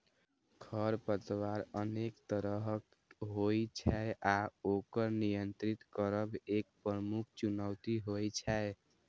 खरपतवार अनेक तरहक होइ छै आ ओकर नियंत्रित करब एक प्रमुख चुनौती होइ छै